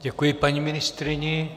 Děkuji paní ministryni.